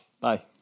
Bye